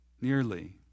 nearly